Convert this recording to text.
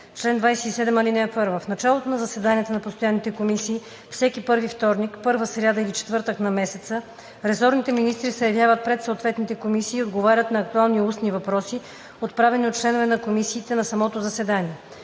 чл. 27: „Чл. 27. (1) В началото на заседанията на постоянните комисии, всеки първи вторник, първа сряда или четвъртък на месеца, ресорните министри се явяват пред съответните комисии и отговарят на актуални устни въпроси, отправени от членове на комисиите на самото заседание.